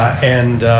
and